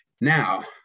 now